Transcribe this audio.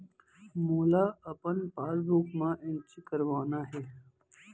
मोला अपन पासबुक म एंट्री करवाना हे?